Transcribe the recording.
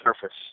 surface